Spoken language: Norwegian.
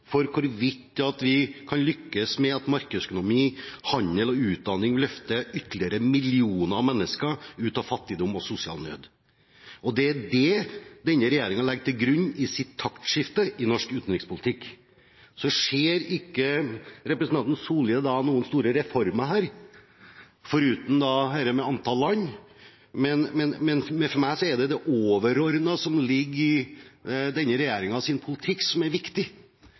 for hvorvidt vi kan lykkes med at markedsøkonomi, handel og utdanning løfter ytterligere millioner av mennesker ut av fattigdom og sosial nød. Det er det denne regjeringen legger til grunn i sitt taktskifte i norsk utenrikspolitikk. Så ser ikke representanten Solhjell noen store reformer her, foruten dette med antall land. Men for meg er det det overordnede som ligger i denne regjeringens politikk, som er viktig